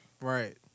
Right